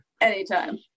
anytime